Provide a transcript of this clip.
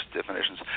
definitions